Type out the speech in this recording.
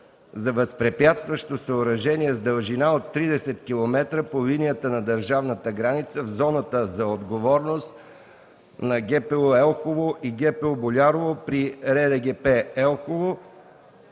за възпрепятстващо съоръжение с дължина от 30 км по линията на държавната граница в зоната за отговорност на Гранично полицейско управление – Елхово,